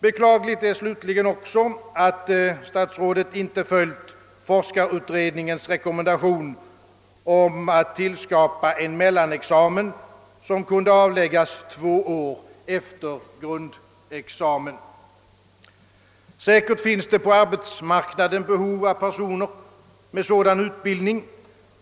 Beklagligt är vidare att statsrådet inte följt forskarutredningens rekommendation om att tillskapa en mellanexamen, som kunde avläggas två år efter grundexamen. Säkerligen finns det på arbetsmarknaden behov av personer med sådan utbildning.